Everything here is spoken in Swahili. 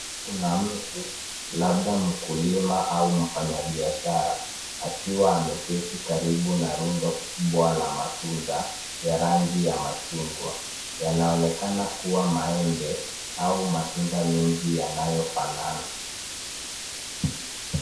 Kuna mtu labda mkulima au mfanya biashara, akiwa ameketi karibu na rundo kubwa la matunda ya rangi ya machungwa. yanaonekana kuwa maembe au matunda mengi yanayofanana.